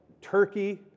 turkey